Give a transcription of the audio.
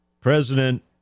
President